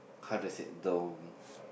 how to sit dome